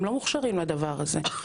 הם לא מוכשרים לדבר הזה.